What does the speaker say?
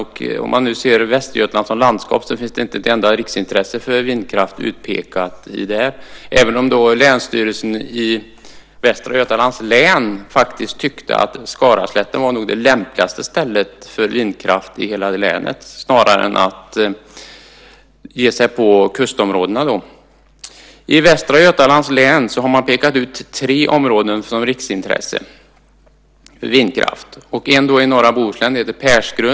Om man ser Västergötland som ett landskap finns där inte utpekat ett enda riksintresse för vindkraft, även om länsstyrelsen i Västra Götalands län hellre än att ge sig på kustområdena tyckte att Skaraslätten nog var det lämpligaste stället i hela länet för vindkraft. I Västra Götalands län har man pekat ut tre områden som riksintresse för vindkraft. Ett, Persgrund, finns i norra Bohuslän.